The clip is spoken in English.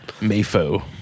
Mayfo